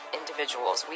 individuals